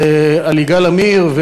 על יגאל עמיר,